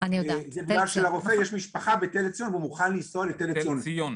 זה בגלל שלרופא יש משפחה בתל ציון והוא מוכן לנסוע לתל ציון.